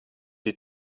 die